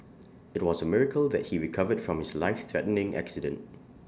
IT was miracle that he recovered from his lifethreatening accident